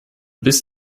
bist